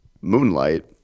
Moonlight